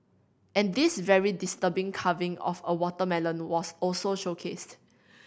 and this very disturbing carving of a watermelon was also showcased